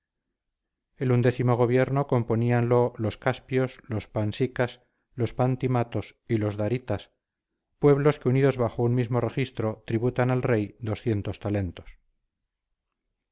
el undécimo gobierno componíanlo los caspios los pansicas los pantimatos y los daritas pueblos que unidos bajo un mismo registro tributan al rey talentos